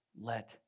let